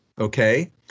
okay